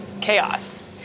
chaos